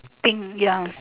think ya